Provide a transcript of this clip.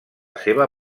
seva